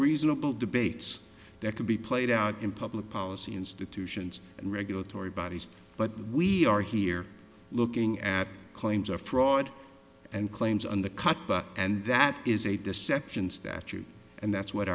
reasonable debates that can be played out in public policy institutions and regulatory bodies but we are here looking at claims or fraud and claims on the cut and that is a deception statute and that's what